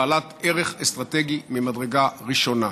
בעל ערך אסטרטגי ממדרגה ראשונה,